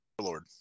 Lord